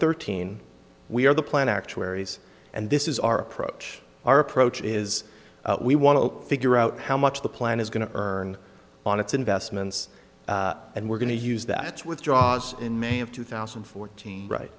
thirteen we are the plan actuaries and this is our approach our approach is we want to figure out how much the plan is going to earn on its investments and we're going to use that withdraws in may of two thousand and fourteen right